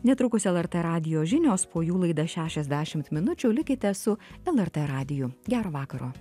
netrukus lrt radijo žinios po jų laida šešiasdešimt minučių likite su lrt radiju gero vakaro